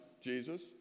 Jesus